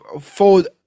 fold